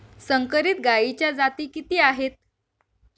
संकरित गायीच्या जाती किती आहेत?